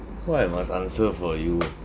why I must answer for you